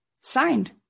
signed